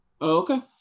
Okay